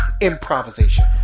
improvisation